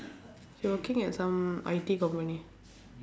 she working at some I_T company